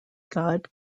god